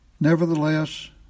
Nevertheless